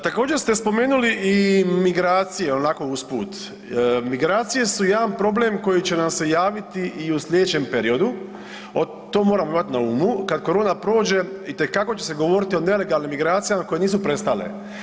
Također ste spomenuli i migracije onako usput, migracije su jedan problem koji će nam se javiti i u sljedećem periodu, to moramo imati na umu kada korona prođe itekako će se govoriti o nelegalnim migracijama koje nisu prestale.